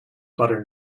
butter